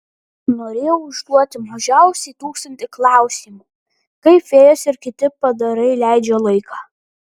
norėjau užduoti mažiausiai tūkstantį klausimų kaip fėjos ir kiti padarai leidžia laiką